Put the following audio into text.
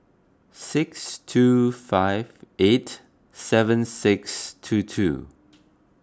six two five eight seven six two two